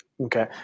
Okay